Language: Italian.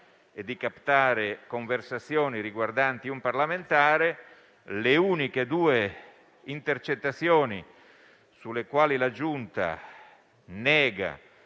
e di captare conversazioni riguardanti un parlamentare. Le uniche due intercettazioni sulle quali la Giunta nega